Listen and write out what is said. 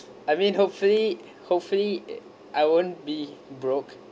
I mean hopefully hopefully I won't be broke